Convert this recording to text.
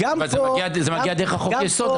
אני נסעתי עכשיו שלוש שעות וחצי,